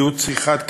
עידוד צריכת כחול-לבן,